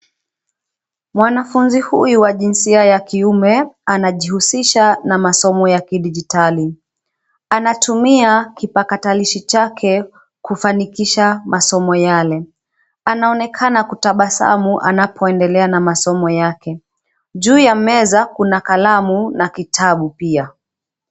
Mwanafunzi huyu wa jinsia ya kiume anajihusisha na masomo ya kidigitali. Anatumia kipakatalishi chake kufanikisha masomo yale. Anaonekana kutabasamu anapoendelea na masomo yake. Juu ya meza kuna kalamu na kitabu pia.